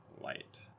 light